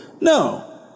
No